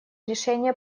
решения